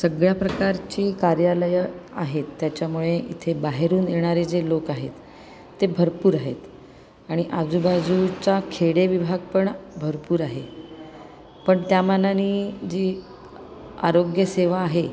सगळ्या प्रकारची कार्यालयं आहे त्याच्यामुळे इथे बाहेरून येणारे जे लोक आहेत ते भरपूर आहेत आणि आजूबाजूच्या खेडे विभाग पण भरपूर आहे पण त्या मानाने जी आरोग्यसेवा आहे